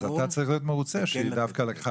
אז אתה צריך להיות מרוצה שהיא דווקא לקחה